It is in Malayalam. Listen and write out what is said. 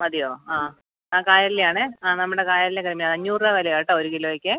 മതിയോ ആ ആ കായൽലെ ആണേ ആ നമ്മുടെ കായൽലെ തന്നെയാണ് അഞ്ഞൂറ് രൂപ വിലയാണ് കേട്ടോ ഒരു കിലോയ്ക്ക്